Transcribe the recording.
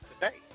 today